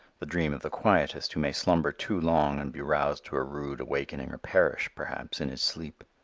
the dream of the quietist who may slumber too long and be roused to a rude awakening or perish, perhaps, in his sleep.